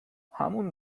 همون